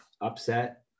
upset